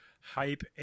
hype